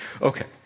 Okay